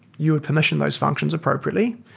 you'd permission those functions appropriately.